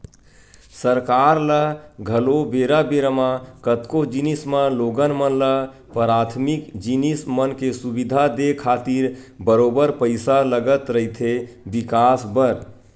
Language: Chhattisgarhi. सरकार ल घलो बेरा बेरा म कतको जिनिस म लोगन मन ल पराथमिक जिनिस मन के सुबिधा देय खातिर बरोबर पइसा लगत रहिथे बिकास बर